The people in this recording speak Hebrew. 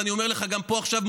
ואני אומר לך גם פה עכשיו,